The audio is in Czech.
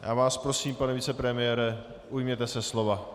Já vás prosím, pane vicepremiére, ujměte se slova.